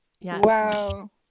Wow